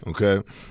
okay